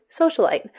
SOCIALITE